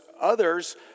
others